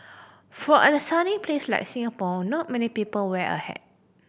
for and sunny place like Singapore not many people wear a hat